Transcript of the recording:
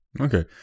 okay